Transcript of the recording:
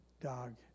dog